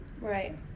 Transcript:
Right